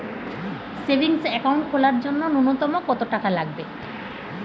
Savings account খোলার জন্য নূন্যতম কত টাকা লাগবে?